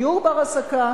דיור בר-השגה,